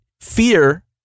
fear